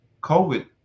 COVID